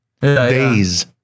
Days